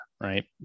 right